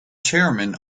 chairman